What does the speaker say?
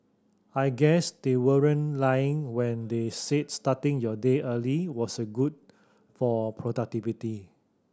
I guess they weren't lying when they said starting your day early was good for productivity